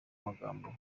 magambo